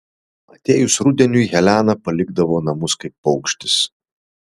atėjus rudeniui helena palikdavo namus kaip paukštis